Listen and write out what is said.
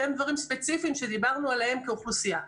שהם דברים ספציפיים שדיברנו עליהם כאוכלוסייה.